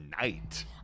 night